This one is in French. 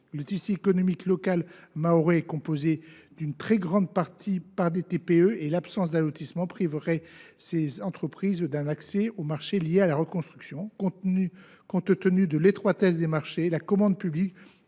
Le tissu économique local mahorais est en effet composé en très grande partie de TPE, et l’absence d’allotissement priverait ces entreprises d’un accès aux marchés liés à la reconstruction. Compte tenu de l’étroitesse des marchés, la commande publique